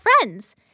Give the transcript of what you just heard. friends